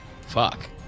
fuck